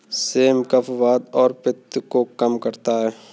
same कफ, वात और पित्त को कम करता है